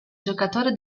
giocatore